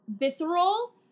visceral